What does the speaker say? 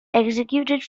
executed